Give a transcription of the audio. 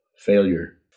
Failure